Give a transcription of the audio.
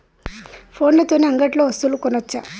ఫోన్ల తోని అంగట్లో వస్తువులు కొనచ్చా?